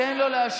תן לו להשיב.